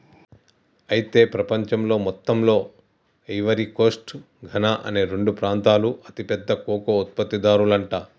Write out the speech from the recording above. అయితే ప్రపంచంలో మొత్తంలో ఐవరీ కోస్ట్ ఘనా అనే రెండు ప్రాంతాలు అతి పెద్ద కోకో ఉత్పత్తి దారులంట